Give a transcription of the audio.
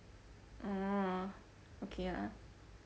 orh okay ah